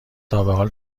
تابحال